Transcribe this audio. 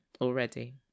already